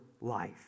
life